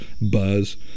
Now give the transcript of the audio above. buzz